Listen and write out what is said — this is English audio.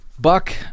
Buck